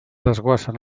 desguassen